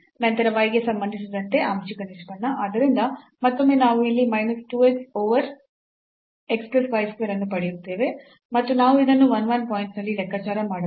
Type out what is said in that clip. ನಂತರ y ಗೆ ಸಂಬಂಧಿಸಿದಂತೆ ಆಂಶಿಕ ನಿಷ್ಪನ್ನ ಆದ್ದರಿಂದ ಮತ್ತೊಮ್ಮೆ ನಾವು ಇಲ್ಲಿ minus 2 x over x plus y square ಅನ್ನು ಪಡೆಯುತ್ತೇವೆ ಮತ್ತು ನಾವು ಇದನ್ನು 1 1 ಪಾಯಿಂಟ್ನಲ್ಲಿ ಲೆಕ್ಕಾಚಾರ ಮಾಡಬಹುದು